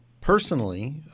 personally